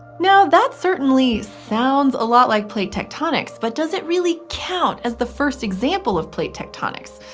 now, that certainly sounds a lot like plate tectonics, but does it really count as the first example of plate tectonics?